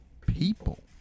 people